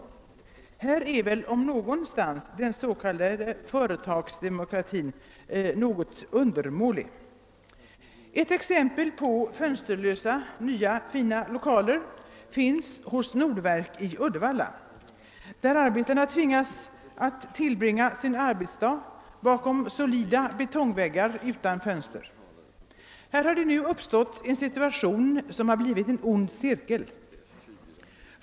Här har väl om någonstans den s.k. företagsdemokratin fungerat helt undermåligt. Ett exempel på nya fina men fönsterlösa lokaler finns hos Nordverk i Uddevalla, där arbetarna tvingas att tillbringa sin arbetsdag bakom solida betongväggar utan fönster. Här har det uppstått en situation, som har blivit en ond cirkel.